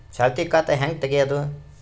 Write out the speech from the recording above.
ಚಾಲತಿ ಖಾತಾ ಹೆಂಗ್ ತಗೆಯದು?